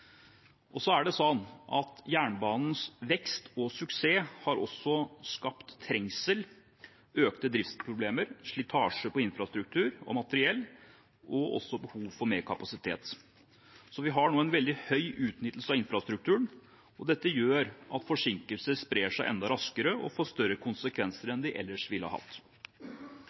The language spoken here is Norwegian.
Jernbanens vekst og suksess har også skapt trengsel, økte driftsproblemer, slitasje på infrastruktur og materiell og også behov for mer kapasitet. Vi har nå en veldig høy utnyttelse av infrastrukturen, og dette gjør at forsinkelser sprer seg enda raskere og får større konsekvenser enn de ellers ville hatt.